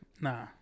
Nah